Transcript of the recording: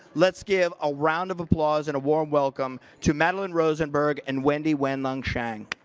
let's give a round of applause and a warm welcome to madelyn rosenberg and wendy wan-long shang.